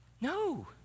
No